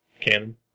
Canon